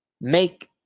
Make